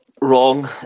wrong